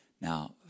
Now